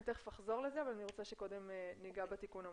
אני תכף אחזור לזה אבל אני רוצה שקודם ניגע בתיקון המוצע.